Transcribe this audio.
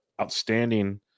Outstanding